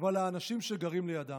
ועל האנשים שגרים לידם?